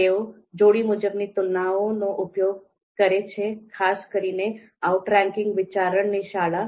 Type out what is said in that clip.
તેઓ જોડી મુજબની તુલનાઓનો ઉપયોગ કરે છે ખાસ કરીને ઓઉટરેન્કીંગ વિચારણાની શાળા